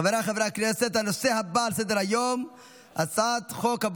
אני קובע כי הצעת חוק סיוע להורים לילדים עד גיל שלוש (תיקוני חקיקה),